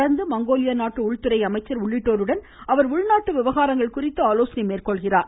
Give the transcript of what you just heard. தொடர்ந்து மங்கோலியா நாட்டு உள்துறை அமைச்சர் உள்ளிட்டோருடன் அவர் உள்நாட்டு விவகாரங்கள் குறித்து ஆலோசனை மேற்கொள்கிறார்